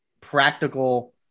practical